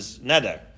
nether